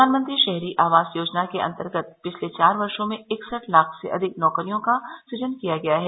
प्रधानमंत्री शहरी आवास योजना के अंतर्गत पिछले चार वर्षो में इकसठ लाख से अधिक नौकरियों का सृजन किया गया है